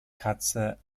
katze